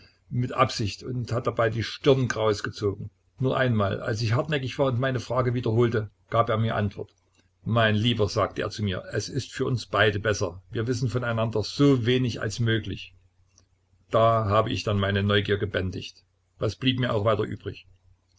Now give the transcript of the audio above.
mit absicht und hat dabei die stirn kraus gezogen nur einmal als ich hartnäckig war und meine frage wiederholte gab er mir antwort mein lieber sagte er zu mir es ist für uns beide besser wir wissen von einander so wenig als möglich da habe ich dann meine neugier gebändigt was blieb mir auch weiter übrig